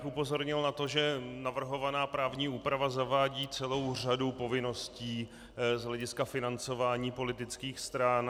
Upozornil bych na to, že navrhovaná právní úprava zavádí celou řadu povinností z hlediska financování politických stran.